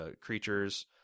creatures